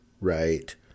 right